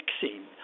fixing